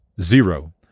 zero